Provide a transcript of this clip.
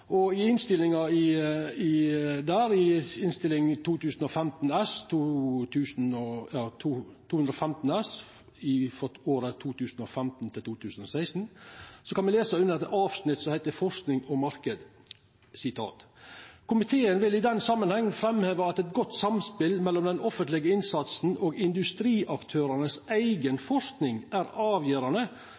og i innstillinga til ho, Innst. 215 S for 2015–2016, kan me lesa under eit avsnitt som heiter «Forskning og marked»: «Komiteen vil i denne sammenheng fremheve at et godt samspill mellom den offentlige innsatsen og industriaktørenes egen forskning er avgjørende